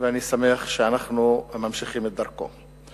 ואני שמח שאנחנו ממשיכים את דרכו.